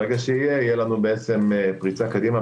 תהיה לנו פריצה קדימה,